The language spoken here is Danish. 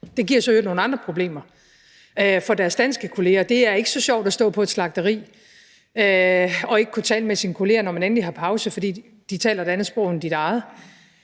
Det giver så i øvrigt nogle andre problemer for deres danske kolleger. Det er ikke så sjovt at stå på et slagteri og ikke kunne tale med sine kolleger, når man endelig har pause, fordi de taler et andet sprog end ens eget.